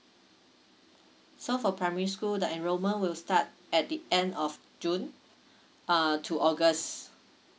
so for primary school the enrollment will start at the end of june uh to august